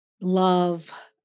love